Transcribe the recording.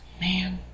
Man